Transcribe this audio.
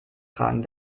tragen